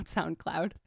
SoundCloud